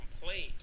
complaint